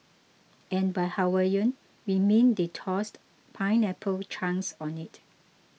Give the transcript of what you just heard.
and by Hawaiian we mean they tossed pineapple chunks on it